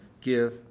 give